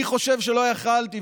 אני חושב שלא יכולתי,